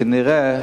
כנראה,